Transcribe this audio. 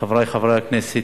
חברי חברי הכנסת,